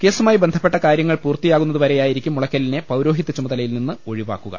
കേസുമായി ബന്ധപ്പെട്ട കാര്യങ്ങൾ പൂർത്തിയാകുന്നതുവരെയായിരിക്കും മുളയ്ക്കലിനെ പൌരോഹിത്യ ചുമതലയിൽ നിന്നും ഒഴിവാക്കുക